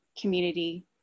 community